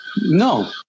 No